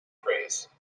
praise